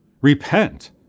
Repent